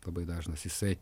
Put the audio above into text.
labai dažnas jisai